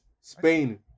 Spain